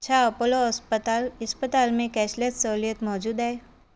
छा अपोलो अस्पताल इस्पतालि में कैशलेस सहूलियत मौजूदु आहे